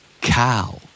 cow